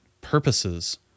purposes